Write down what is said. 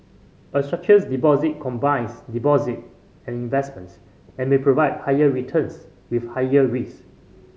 a structured deposit combines deposit and investments and may provide higher returns with higher risk